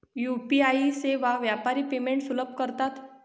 UPI सेवा व्यापारी payments सुलभ करतात